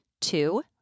Two